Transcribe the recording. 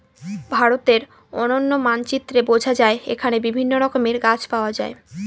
ভারতের অনন্য মানচিত্রে বোঝা যায় এখানে বিভিন্ন রকমের গাছ পাওয়া যায়